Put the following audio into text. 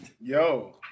Yo